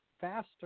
faster